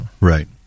Right